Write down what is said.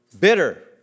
bitter